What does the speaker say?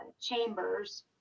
chambers